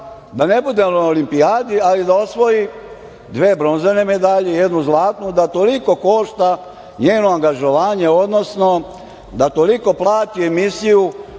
da ne bude na Olimpijadi, ali da osvoji dve bronzane medalje i jednu zlatnu, da toliko košta njeno angažovanje, odnosno da toliko plati emisiju